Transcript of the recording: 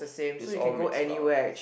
it's all mixed lah